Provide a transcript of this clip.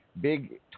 big